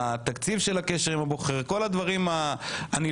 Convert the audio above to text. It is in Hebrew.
התקציב של הקשר עם הבוחר כול הדברים הנלווים,